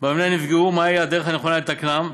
במבנה נפגעו ומהי הדרך הנכונה לתקנם,